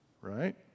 right